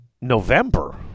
November